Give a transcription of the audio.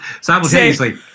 simultaneously